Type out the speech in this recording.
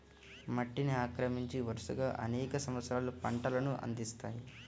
మట్టిని ఆక్రమించి, వరుసగా అనేక సంవత్సరాలు పంటలను అందిస్తాయి